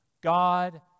God